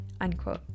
Unquote